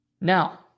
Now